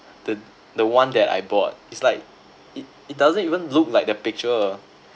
the the one that I bought it's like it it doesn't even look like the picture